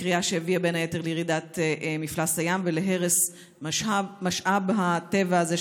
כרייה שהביאה בין היתר לירידת מפלס הים ולהרס משאב הטבע הזה,